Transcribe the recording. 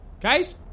Guys